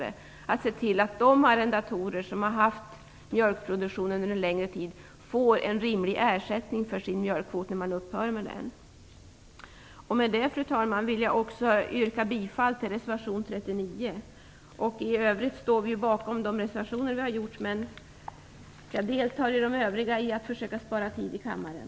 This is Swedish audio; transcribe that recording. Vi måste se till att de arrendatorer som har haft mjölkproduktion under en längre tid får rimlig ersättning för sin mjölkkvot när de upphör med produktionen. Fru talman! Jag vill också yrka bifall till reservation 39. I övrigt står vi bakom de reservationer vi har avlämnat. Jag deltar dock i de övriga ledamöternas strävan att försöka spara tid i kammaren.